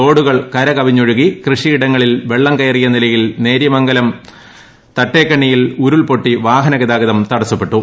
തോടുകൾ കര കവിഞ്ഞൊഴുകി കൃഷിയിടങ്ങളിൽ വെള്ളം കയറിയ നിലയിൽ നേര്യമംഗലം തട്ടേക്കണ്ണിയിൽ ഉരുൾ പൊട്ടി വാഹനഗതാഗതം തടസപ്പെട്ടു